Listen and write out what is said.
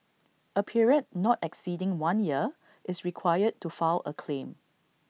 A period not exceeding one year is required to file A claim